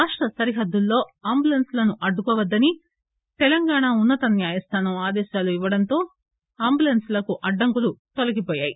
రాష్ట సరిహద్దుల్లో అంబులెన్స్లను అడ్డుకోవద్దని తెలంగాణ ఉన్నత న్యాయస్థానం ఆదేశాలు ఇవ్వడంతో అంబులెన్స్లకు అడ్డంకులు తొలగిపోయాయి